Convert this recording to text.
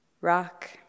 rock